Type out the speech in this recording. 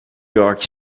york